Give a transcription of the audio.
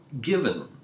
given